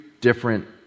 different